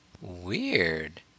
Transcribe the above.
Weird